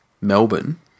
Melbourne